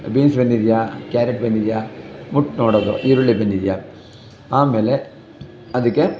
beans ಬೆಂದಿದ್ಯಾ carrot ಬೆಂದಿದ್ಯಾ ಮುಟ್ಟಿ ನೋಡೋದು ಈರುಳ್ಳಿ ಬೆಂದಿದೆಯಾ ಆಮೇಲೆ ಅದಕ್ಕೆ